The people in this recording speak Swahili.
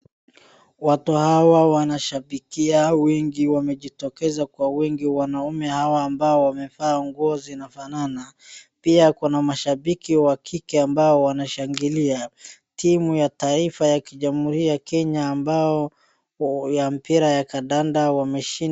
watu hawa wanashabikia wingi wamejitokeza kwa wingi. Wanaume hawa ambao wamevaa nguo zinafanana. Pia kuna mashabiki wa kike ambao wanashangilia. Timu ya taifa ya kijamhuri ya Kenya ambao ya mpira ya kandanda wameshinda.